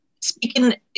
Speaking